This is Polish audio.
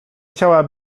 chciała